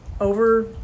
Over